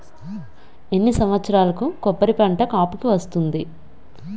ఎన్ని సంవత్సరాలకు కొబ్బరి పంట కాపుకి వస్తుంది?